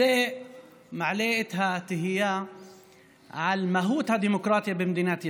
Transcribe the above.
זה מעלה את התהייה על מהות הדמוקרטיה במדינת ישראל.